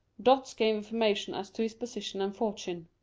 dots gave information as to his position and fortune.